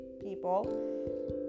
people